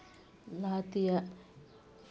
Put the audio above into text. ᱞᱟᱦᱟ ᱛᱮᱭᱟᱜ